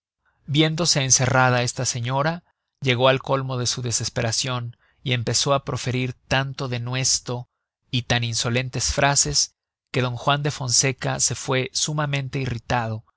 viéndose encerrada esta señora llegó al colmo de su desesperacion y empezó á proferir tanto denuesto y tan insolentes frases que d juan de fonseca se fue sumamente irritado